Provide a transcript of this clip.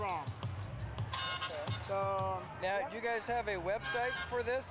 wrong yet you guys have a website for this